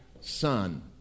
Son